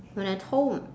when at home